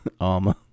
Armor